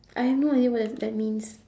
I have no idea what tha~ that means